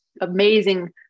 amazing